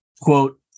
quote